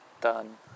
Done